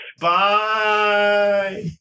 Bye